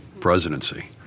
presidency